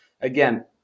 again